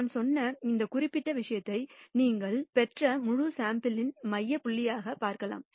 நான் சொன்ன இந்த குறிப்பிட்ட விஷயத்தை நீங்கள் பெற்ற முழு சாம்பிள் யின் மைய புள்ளியாக பார்க்கலாம்